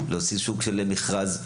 להוציא סוג של מכרז,